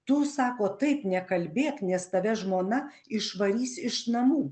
tu sako taip nekalbėk nes tave žmona išvarys iš namų